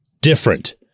different